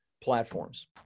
platforms